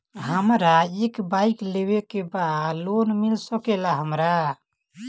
हमरा एक बाइक लेवे के बा लोन मिल सकेला हमरा?